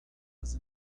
was